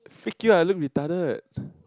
freak you I look retarded